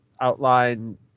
outline